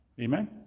Amen